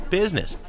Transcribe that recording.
business